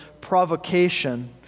provocation